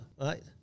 right